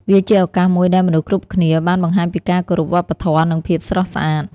វាជាឱកាសមួយដែលមនុស្សគ្រប់គ្នាបានបង្ហាញពីការគោរពវប្បធម៌និងភាពស្រស់ស្អាត។